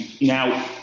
Now